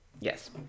yes